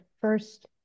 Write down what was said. first